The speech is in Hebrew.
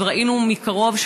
ראינו מקרוב,